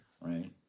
right